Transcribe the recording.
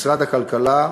משרד הכלכלה,